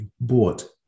bought